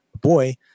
boy